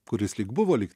kuris lyg buvo lyg